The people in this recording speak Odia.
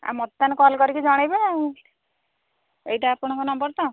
ଆଉ ମୋତେ ତା'ହେଲେ କଲ୍ କରିକି ଜଣାଇବ ଆଉ ଏଇଟା ଆପଣଙ୍କ ନମ୍ବର ତ